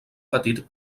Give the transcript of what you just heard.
petit